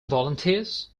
volunteers